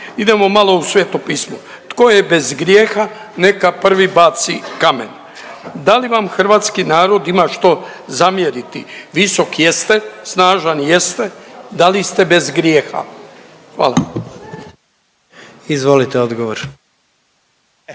Idemo malo na Sveto pismo, tko je bez grijeha neka prvi baci kamen. Da li vam hrvatski narod ima što zamjeriti, visok jeste, snažan jeste, da li ste bez grijeha? **Jandroković, Gordan